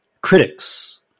Critics